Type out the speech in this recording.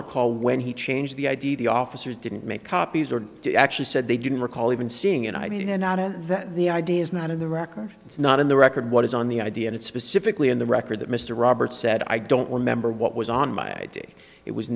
recall when he changed the id the officers didn't make copies or you actually said they didn't recall even seeing an i d and not in that the ideas not in the record it's not in the record what is on the idea and it's specifically in the record that mr roberts said i don't remember what was on my i d it was